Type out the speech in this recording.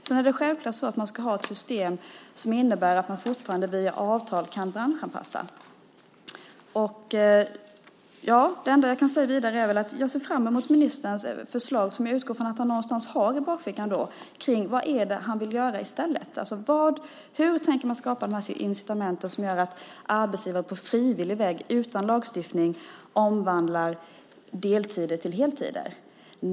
Sedan ska man självklart även fortsättningsvis ha ett system som innebär att man via avtal kan branschanpassa. Jag kan tillägga att jag ser fram emot ministerns förslag, som jag utgår från att han har i bakfickan, om vad han vill göra i stället. Hur tänker han skapa de incitament som gör att arbetsgivare på frivillig väg, utan lagstiftning, omvandlar deltider till heltider?